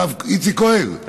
הרב איציק כהן,